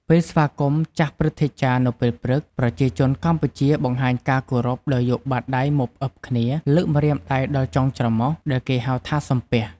ពេលស្វាគមន៍ចាស់ព្រឹទ្ធាចារ្យនៅពេលព្រឹក ប្រជាជនកម្ពុជាបង្ហាញការគោរពដោយយកបាតដៃមកផ្អិបគ្នា លើកម្រាមដៃដល់ចុងច្រមុះ ដែលគេហៅថា «សំពះ»។